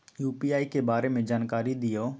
UPI के बारे में जानकारी दियौ?